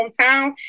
hometown